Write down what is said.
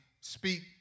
speak